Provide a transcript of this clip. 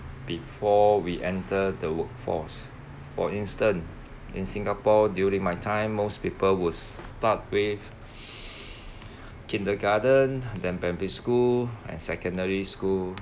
before we enter the workforce for instance in singapore during my time most people would start with kindergarten then primary school and secondary school